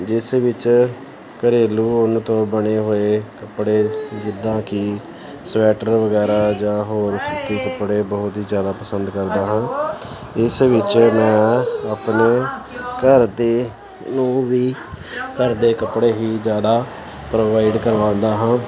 ਜਿਸ ਵਿੱਚ ਘਰੇਲੂ ਉੱਨ ਤੋਂ ਬਣੇ ਹੋਏ ਕੱਪੜੇ ਜਿੱਦਾਂ ਕਿ ਸਵੈਟਰ ਵਗੈਰਾ ਜਾਂ ਹੋਰ ਸੂਤੀ ਕੱਪੜੇ ਬਹੁਤ ਹੀ ਜ਼ਿਆਦਾ ਪਸੰਦ ਕਰਦਾ ਹਾਂ ਇਸ ਵਿੱਚ ਮੈਂ ਆਪਣੇ ਘਰਦਿਆਂ ਨੂੰ ਵੀ ਘਰਦੇ ਕੱਪੜੇ ਹੀ ਜ਼ਿਆਦਾ ਪ੍ਰੋਵਾਈਡ ਕਰਵਾਉਂਦਾ ਹਾਂ